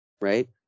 right